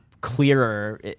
clearer